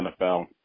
NFL